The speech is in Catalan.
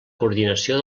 coordinació